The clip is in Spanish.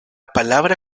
palabra